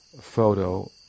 photo